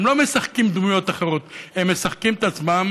הם לא משחקים דמויות אחרות, הם משחקים את עצמם